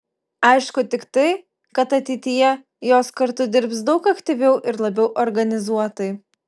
aišku tik tai kad ateityje jos kartu dirbs daug aktyviau ir labiau organizuotai